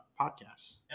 podcasts